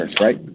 right